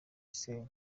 gisenyi